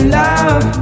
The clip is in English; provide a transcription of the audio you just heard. love